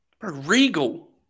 Regal